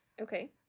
Okay